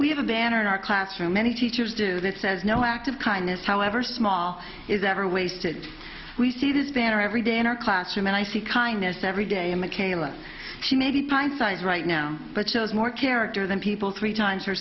we have a banner in our classroom many teachers do that says no act of kindness however small is ever wasted we see this banner every day in our classroom and i see kindness every day michela she may be pint sized right now but shows more character than people three times